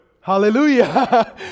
Hallelujah